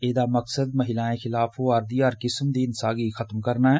इसदा मकसद महिलाएं खलाफ होआ'रदी हर चाल्ली दी हिंसा गी खत्म करना ऐ